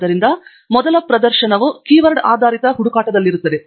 ಆದ್ದರಿಂದ ಮೊದಲ ಪ್ರದರ್ಶನವು ಕೀವರ್ಡ್ ಆಧಾರಿತ ಹುಡುಕಾಟದಲ್ಲಿರುತ್ತದೆ